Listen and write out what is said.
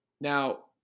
Now